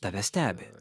tave stebi